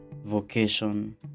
vocation